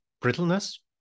brittleness